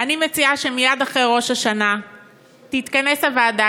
אני מציעה שמייד אחרי ראש השנה תתכנס הוועדה,